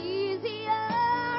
easier